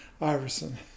Iverson